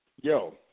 Yo